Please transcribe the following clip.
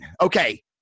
Okay